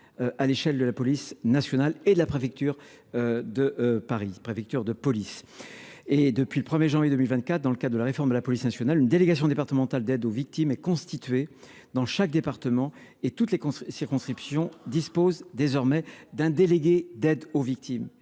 à l’échelle de la police nationale et de la préfecture de police de Paris. Depuis le 1 janvier 2024, dans le cadre de la réforme de la police nationale, une délégation départementale d’aide aux victimes a été constituée dans chaque département. Toutes ces circonscriptions disposent désormais d’un délégué à l’aide aux victimes.